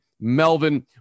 Melvin